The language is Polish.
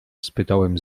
spytałem